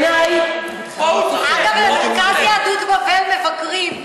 אז בעיני, בעיני, אגב, במרכז יהדות בבל מבקרים.